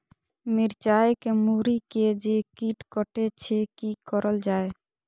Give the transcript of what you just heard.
मिरचाय के मुरी के जे कीट कटे छे की करल जाय?